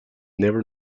never